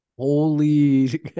Holy